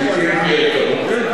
אם תהיה התקדמות, כן.